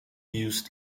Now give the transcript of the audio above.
used